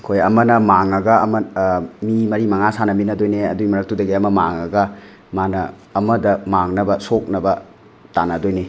ꯑꯩꯈꯣꯏ ꯑꯃꯅ ꯃꯥꯡꯉꯒ ꯑꯃ ꯃꯤ ꯃꯔꯤ ꯃꯉꯥ ꯁꯥꯟꯅꯃꯤꯟꯅꯗꯣꯏꯅꯦ ꯑꯗꯨꯒꯤ ꯃꯔꯛꯇꯨꯗꯒꯤ ꯑꯃ ꯃꯥꯡꯉꯒ ꯃꯥꯅ ꯑꯃꯗ ꯃꯥꯡꯅꯕ ꯁꯣꯛꯅꯕ ꯇꯥꯟꯅꯗꯣꯏꯅꯤ